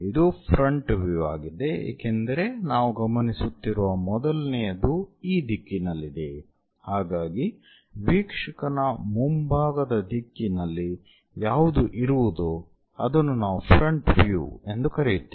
ಇದು front view ಆಗಿದೆ ಏಕೆಂದರೆ ನಾವು ಗಮನಿಸುತ್ತಿರುವ ಮೊದಲನೆಯದು ಈ ದಿಕ್ಕಿನಲ್ಲಿದೆ ಹಾಗಾಗಿ ವೀಕ್ಷಕನ ಮುಂಭಾಗದ ದಿಕ್ಕಿನಲ್ಲಿ ಯಾವುದು ಇರುವುದೋ ಅದನ್ನು ನಾವು ಫ್ರಂಟ್ ವ್ಯೂ ಎಂದು ಕರೆಯುತ್ತೇವೆ